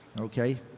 okay